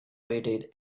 waited